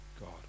God